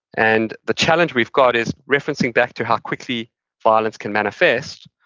and the challenge we've got is, referencing back to how quickly violence can manifest,